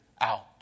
out